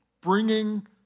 bringing